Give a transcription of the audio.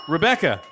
Rebecca